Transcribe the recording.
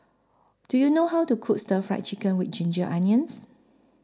Do YOU know How to Cook Stir Fry Chicken with Ginger Onions